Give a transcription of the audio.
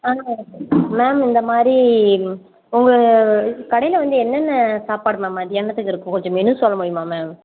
ma'am ma'am இந்தமாதிரி உங்கள் கடையில் வந்து என்னென்ன சாப்பாடு மேம் மதியானத்துக்கு இருக்கும் கொஞ்சம் மெனு சொல்ல முடியுமா மேம்